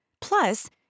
Plus